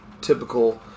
typical